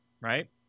right